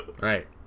Right